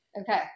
okay